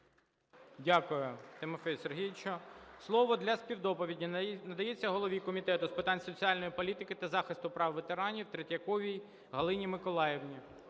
Дякую, Тимофій Сергійович. Слово для співдоповіді надається голові Комітету з питань соціальної політики та захисту прав ветеранів Третьяковій Галині Миколаївні.